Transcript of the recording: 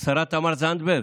השרה תמר זנדברג,